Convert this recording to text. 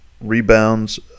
rebounds